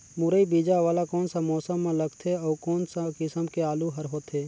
मुरई बीजा वाला कोन सा मौसम म लगथे अउ कोन सा किसम के आलू हर होथे?